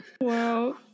Wow